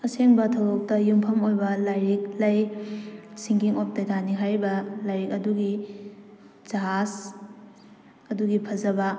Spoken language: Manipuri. ꯑꯁꯦꯡꯕ ꯊꯧꯗꯣꯛꯇ ꯌꯨꯝꯐꯝ ꯑꯣꯏꯕ ꯂꯥꯏꯔꯤꯛ ꯂꯩ ꯁꯤꯡꯀꯤꯡ ꯑꯣꯐ ꯇꯩꯇꯥꯅꯤꯛ ꯍꯥꯏꯔꯤꯕ ꯂꯥꯏꯔꯤꯛ ꯑꯗꯨꯒꯤ ꯖꯍꯥꯖ ꯑꯗꯨꯒꯤ ꯐꯖꯕ